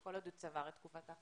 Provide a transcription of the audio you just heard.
כל עוד הוא צבר את תקופת האכשרה.